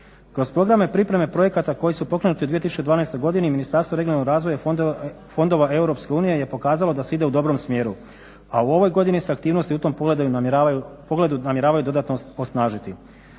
Kroz programe pripreme projekata koji su pokrenuti 2012. godini Ministarstvo regionalnog razvoja i fondova EU je pokazalo da se ide u dobrom smjeru, a u ovoj godini se aktivnosti u tom pogledu namjeravaju dodatno osnažiti.